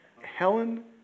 Helen